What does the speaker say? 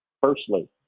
Firstly